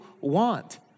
want